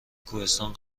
کوهستان